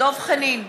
דב חנין,